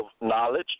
knowledge